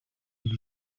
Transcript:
ibi